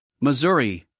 Missouri